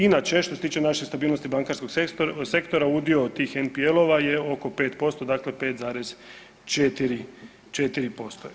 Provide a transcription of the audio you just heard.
Inače što se tiče naše stabilnosti bankarskog sektora udio tih NPL-ova je oko 5%, dakle 5,4%